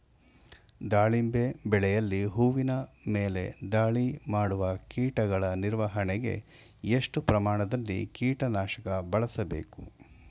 ದಾಳಿಂಬೆ ಬೆಳೆಯಲ್ಲಿ ಹೂವಿನ ಮೇಲೆ ದಾಳಿ ಮಾಡುವ ಕೀಟಗಳ ನಿರ್ವಹಣೆಗೆ, ಎಷ್ಟು ಪ್ರಮಾಣದಲ್ಲಿ ಕೀಟ ನಾಶಕ ಬಳಸಬೇಕು?